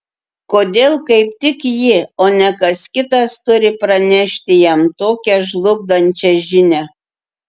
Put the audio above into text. kodėl kaip tik ji o ne kas kitas turi pranešti jam tokią žlugdančią žinią